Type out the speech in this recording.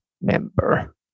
member